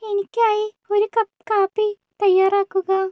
എനിക്കായി ഒരു കപ്പ് കാപ്പി തയ്യാറാക്കുക